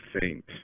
faint